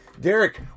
Derek